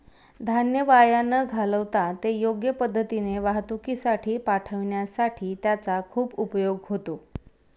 धान्य वाया न घालवता ते योग्य पद्धतीने वाहतुकीसाठी पाठविण्यासाठी त्याचा खूप उपयोग होतो